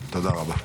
תודה רבה.